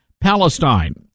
Palestine